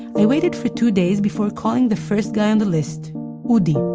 i waited for two days before calling the first guy on the list udi.